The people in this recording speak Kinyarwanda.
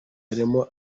harimo